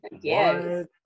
yes